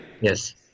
Yes